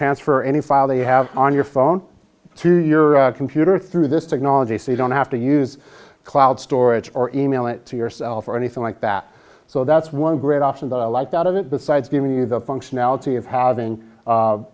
transfer any file they have on your phone to your computer through this technology so you don't have to use cloud storage or e mail it to yourself or anything like that so that's one great off and i like out of it besides giving you the functionality of having